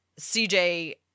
CJ